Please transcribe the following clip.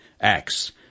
Acts